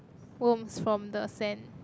worms from the sand